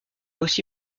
aussi